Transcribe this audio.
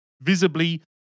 visibly